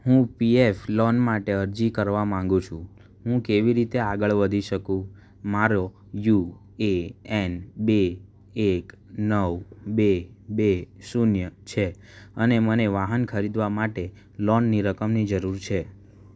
હું P F loan માટે અરજી કરવા માંગુ છું હું કેવી રીતે આગળ વધી શકું મારો યુ એ એન બે એક નવ બે બે શૂન્ય છે અને મને વાહન ખરીદવા માટે લોનની રકમની જરૂર છે